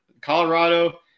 Colorado